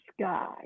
sky